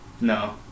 No